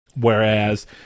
Whereas